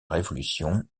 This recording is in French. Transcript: révolution